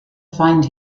find